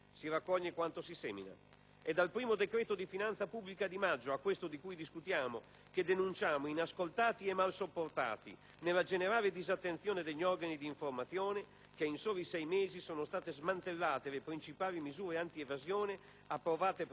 È dal primo decreto di finanza pubblica di maggio a questo di cui discutiamo che denunciamo, inascoltati e mal sopportati, nella generale disattenzione degli organi di informazione, che in soli sei mesi sono state smantellate le principali misure antievasione approvate precedentemente dal Parlamento